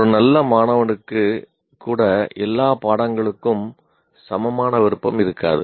ஒரு நல்ல மாணவனுக்கு கூட எல்லா பாடங்களுக்கும் சமமான விருப்பம் இருக்காது